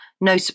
No